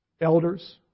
elders